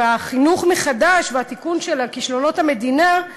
והחינוך מחדש והתיקון של כישלונות המדינה הם